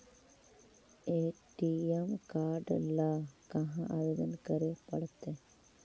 ATM card ल कहा आवेदन करे पड़तै?